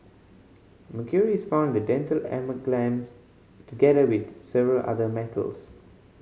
mercury is found in the dental amalgams together with several other metals